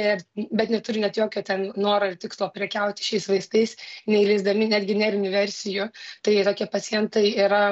ir bet neturi net jokio ten noro ir tikslo prekiauti šiais vaistais neįleisdami net generinių versijų tai tokie pacientai yra